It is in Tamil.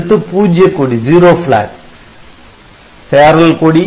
அடுத்து பூஜ்யக்கொடி சேறல் கொடி